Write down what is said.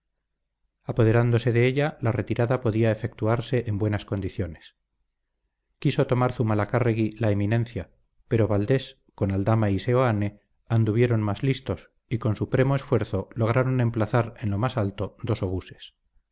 apoderándose de ella la retirada podía efectuarse en buenas condiciones quiso tomar zumalacárregui la eminencia pero valdés con aldama y seoane anduvieron más listos y con supremo esfuerzo lograron emplazar en lo más alto dos obuses